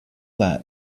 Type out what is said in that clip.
that